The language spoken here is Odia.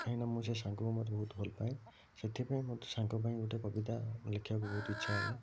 କାହିଁକିନା ମୁଁ ସେ ସାଙ୍ଗକୁ ମୋର ବହୁତ ଭଲ ପାଏ ସେଥିପାଇଁ ମୋତେ ସାଙ୍ଗ ପାଇଁ ଗୋଟେ କବିତା ଲେଖିବାକୁ ବହୁତ ଇଛା ହେଲା